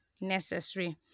necessary